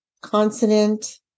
consonant